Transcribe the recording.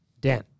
Dan